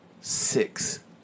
six